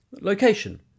location